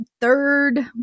third